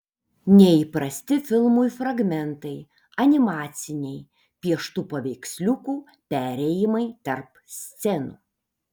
neįprasti filmui fragmentai animaciniai pieštų paveiksliukų perėjimai tarp scenų